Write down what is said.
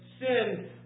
sin